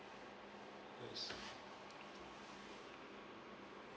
yes